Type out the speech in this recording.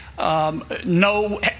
No